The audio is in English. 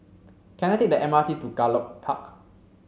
can I take the M R T to Gallop Park